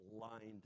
lined